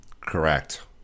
Correct